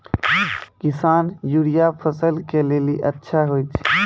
किसान यूरिया फसल के लेली अच्छा होय छै?